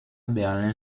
berlin